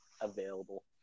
available